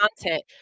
content